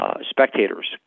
spectators